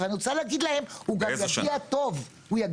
אני גם רוצה להגיד להם שהוא יגיע טוב יותר.